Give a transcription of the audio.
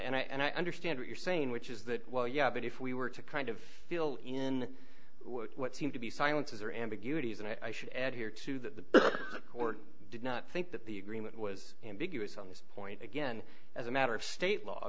question and i understand what you're saying which is that well yeah but if we were to kind of feel in what seemed to be silences or ambiguities and i should add here to the court did not think that the agreement was ambiguous on this point again as a matter of state law